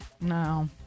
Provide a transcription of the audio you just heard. No